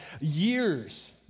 years